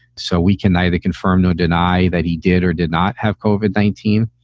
so we can neither confirm nor deny that he did or did not have over nineteen.